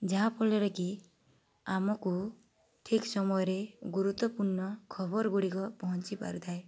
ଯାହାଫଳରେ କି ଆମକୁ ଠିକ୍ ସମୟରେ ଗୁରୁତ୍ୱପୂର୍ଣ୍ଣ ଖବର ଗୁଡ଼ିକ ପହଞ୍ଚିପାରିଥାଏ